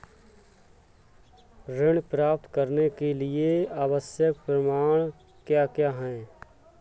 ऋण प्राप्त करने के लिए आवश्यक प्रमाण क्या क्या हैं?